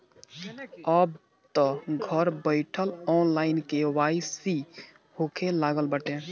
अबतअ घर बईठल ऑनलाइन के.वाई.सी होखे लागल बाटे